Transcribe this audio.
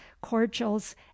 cordials